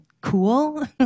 cool